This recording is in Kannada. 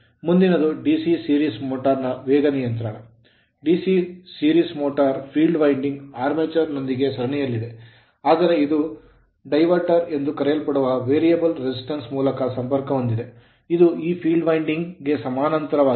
ಮುಂದಿನದು DC series motor ಸರಣಿ ಮೋಟರ್ ನ ವೇಗ ನಿಯಂತ್ರಣ DC series motor ಸರಣಿ ಮೋಟರ್ ಲ್ಲಿ field winding field winding armature armature ನೊಂದಿಗೆ ಸರಣಿಯಲ್ಲಿದೆ ಆದರೆ ಇದು ಡೈವರ್ಟರ್ ಎಂದು ಕರೆಯಲ್ಪಡುವ variable resistance ವೇರಿಯಬಲ್ ರೆಸಿಸ್ಟೆನ್ಸ್ ಮೂಲಕ ಸಂಪರ್ಕಹೊಂದಿದೆ ಇದು ಈ field winding ಫೀಲ್ಡ್ ವೈಂಡಿಂಗ್ ಗೆ ಸಮಾನಾಂತರವಾಗಿದೆ